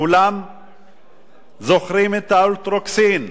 כולם זוכרים את ה"אלטרוקסין",